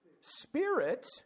Spirit